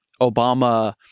Obama